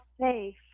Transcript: safe